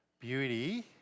beauty